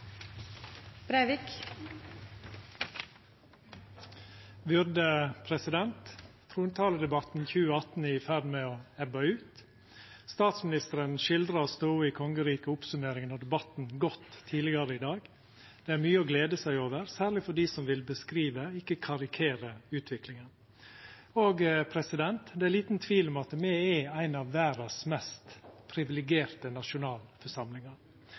Trontaledebatten 2018 er i ferd med å ebba ut. Statsministeren skildra stoda i kongeriket i oppsummeringa av debatten godt tidlegare i dag. Det er mykje å gleda seg over, særleg for dei som vil beskriva, ikkje karikera utviklinga. Det er liten tvil om at me er ei av verdas mest privilegerte nasjonalforsamlingar.